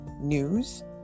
news